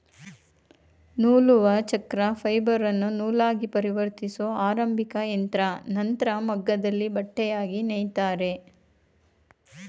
ನೂಲುವಚಕ್ರ ಫೈಬರನ್ನು ನೂಲಾಗಿಪರಿವರ್ತಿಸೊ ಆರಂಭಿಕಯಂತ್ರ ನಂತ್ರ ಮಗ್ಗದಲ್ಲಿ ಬಟ್ಟೆಯಾಗಿ ನೇಯ್ತಾರೆ